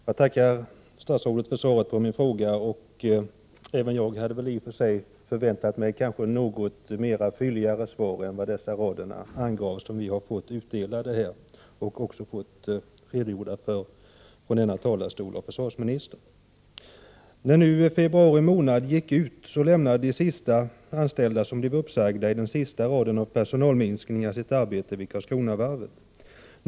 Herr talman! Jag tackar statsrådet för svaret på min fråga. Även jag hade i och för sig förväntat mig ett något fylligare svar än vad som framgick av dessa rader som vi fått utdelade och som försvarsministern redogjorde för från denna talarstol. I och med utgången av februari månad lämnade de anställda som blev uppsagda i den sista i raden av personalminskningar sitt arbete vid Karlskronavarvet.